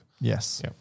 Yes